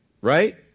Right